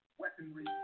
weaponry